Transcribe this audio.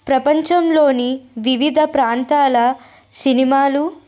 ప్రపంచంలోని వివిధ ప్రాంతాల సినిమాలు